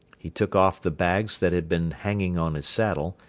he took off the bags that had been hanging on his saddle,